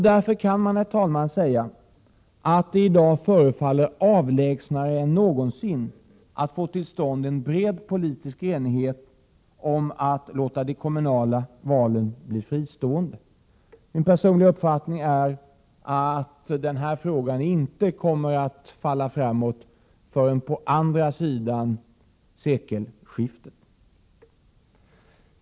Därför kan man, herr talman, säga att det i dag förefaller avlägsnare än någonsin att få till stånd en bred politisk enighet om att låta de kommunala valen bli fristående. Min personliga uppfattning är att den här frågan inte kommer att falla framåt förrän på andra sidan sekelskiftet.